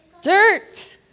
Dirt